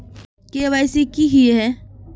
KYC की हिये है?